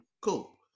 cool